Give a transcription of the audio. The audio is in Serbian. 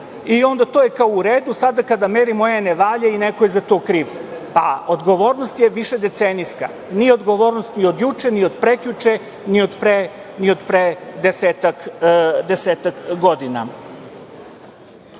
i onda to je kao u redu, sada kada merimo, ne valja i neko je za to kriv. Pa, odgovornost je višedecenijska, nije odgovornost ni od juče, ni od prekjuče, ni od pre desetak godina.